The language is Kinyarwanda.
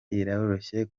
iroroshye